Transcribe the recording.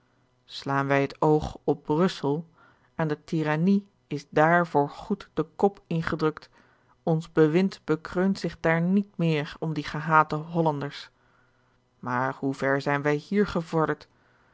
slaan wij het oog op brussel aan de tyrannie is daar voor goed de kop ingedrukt ons bewind bekreunt zich daar niet meer om die gehate hollanders maar hoe ver zijn wij hier gevorderd